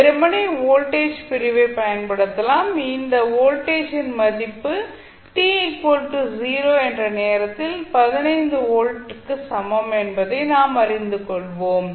வெறுமனே வோல்டேஜ் பிரிவைப் பயன்படுத்தலாம் இந்த வோல்டேஜின் மதிப்பு t 0 என்ற நேரத்தில் 15 வோல்ட் க்கு சமம் என்பதை நாம் அறிந்து கொள்வோம்